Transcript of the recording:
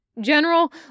General